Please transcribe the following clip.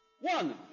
One